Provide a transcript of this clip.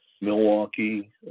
Milwaukee